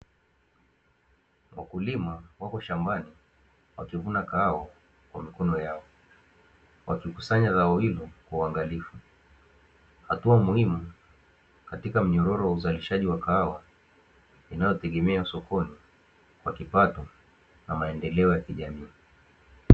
Wakulima wako shambani, wakivuna kahawa kwa mikono yao, wakikusanya zao hilo kwa uangalifu. Hatua muhimu katika mnyororo wa uzalishaji wa kahawa; inayotegemewa sokoni kwa kipato na maendeleo ya kijamii.